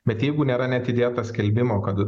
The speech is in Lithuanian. bet jeigu nėra net įdėta skelbimo kad